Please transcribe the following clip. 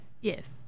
Yes